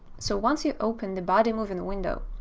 so once you open the bodymovin, the window,